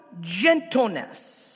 gentleness